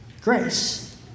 Grace